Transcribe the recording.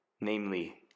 namely